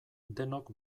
denok